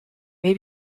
may